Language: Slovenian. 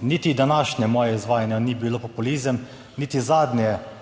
niti današnje moje izvajanje ni bilo populizem, niti zadnje